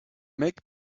make